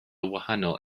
wahanol